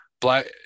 Black